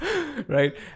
Right